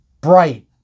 bright